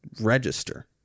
register